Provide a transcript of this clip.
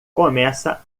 começa